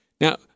Now